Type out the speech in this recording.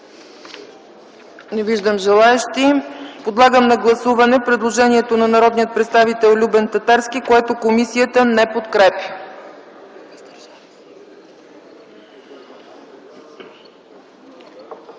Не виждам желаещи. Подлагам на гласуване предложението на народния представител Любен Татарски, което комисията не подкрепя.